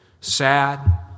sad